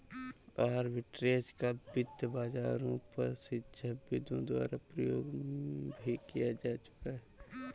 arbitrage का वित्त बाजारों पर शिक्षाविदों द्वारा प्रयोग भी किया जा चुका है